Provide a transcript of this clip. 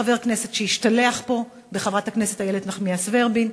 חבר כנסת שהשתלח פה בחברת הכנסת איילת נחמיאס ורבין.